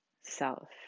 self